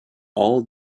all